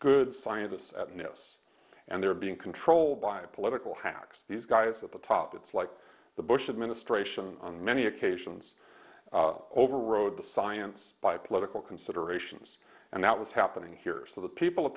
good scientists at notice and they're being controlled by political hacks these guys at the top it's like the bush administration on many occasions overrode the science by political considerations and that was happening here so the people at